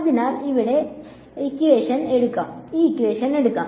അതിനാൽ ഇവിടെ എടുക്കാം